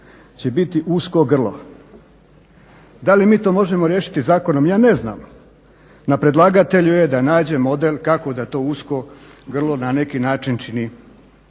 će biti usko grlo. Da li mi to možemo riješiti zakonom? Ja ne znam, na predlagatelju je da nađe model kako da to usko grlo na neki način čini